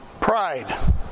pride